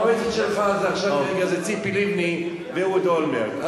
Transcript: המועצת שלך היא עכשיו ציפי לבני ואהוד אולמרט.